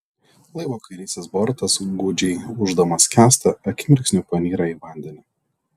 laivo kairysis bortas gūdžiai ūždamas skęsta akimirksniu panyra į vandenį